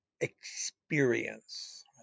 experience